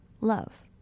love